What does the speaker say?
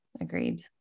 Agreed